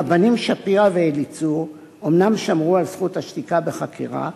הרבנים שפירא ואליצור אומנם שמרו על זכות השתיקה בחקירה,